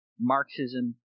Marxism